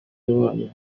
yabaye